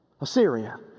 Assyria